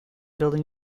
building